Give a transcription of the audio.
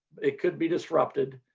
it could be disrupted.